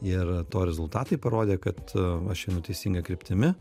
ir to rezultatai parodė kad aš einu teisinga kryptimi